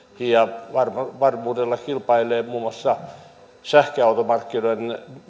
ja varmuudella kilpailee muun muassa sähköautomarkkinoiden